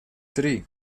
три